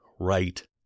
right